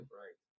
right